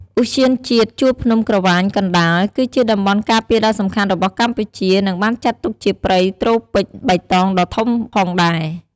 ឧទ្យានជាតិជួរភ្នំក្រវាញកណ្តាល គឺជាតំបន់ការពារដ៏សំខាន់របស់កម្ពុជា និងបានចាត់ទុកជាព្រៃត្រូពិចបៃតងដ៏ធំផងដែរ។